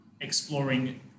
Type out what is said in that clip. Exploring